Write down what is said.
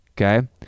okay